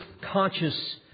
conscious